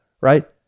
right